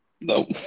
nope